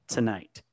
Tonight